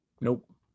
Nope